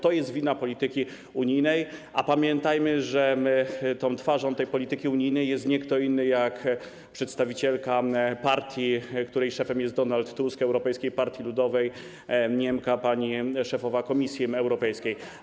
To jest wina polityki unijnej, a pamiętajmy, że twarzą polityki unijnej jest nie kto inny, jak przedstawicielka partii, której szefem jest Donald Tusk, Europejskiej Partii Ludowej - Niemka, szefowa Komisji Europejskiej.